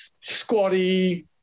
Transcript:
squatty